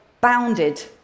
bounded